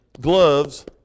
gloves